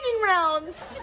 rounds